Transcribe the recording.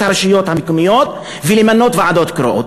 הרשויות המקומיות ולמנות ועדות קרואות.